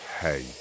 Hey